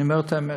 אני אומר את האמת.